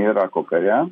irako kare